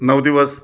नऊ दिवस